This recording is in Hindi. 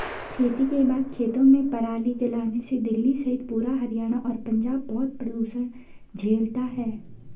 खेती के बाद खेतों में पराली जलाने से दिल्ली सहित पूरा हरियाणा और पंजाब बहुत प्रदूषण झेलता है